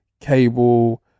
cable